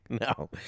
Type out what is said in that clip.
no